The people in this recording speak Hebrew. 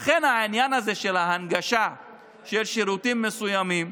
לכן, עניין ההנגשה של שירותים מסוימים